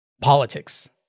politics